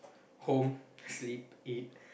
home sleep eat